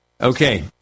Okay